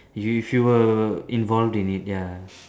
if you were involved in it ya